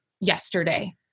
yesterday